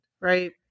Right